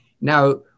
Now